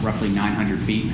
roughly nine hundred feet